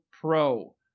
Pro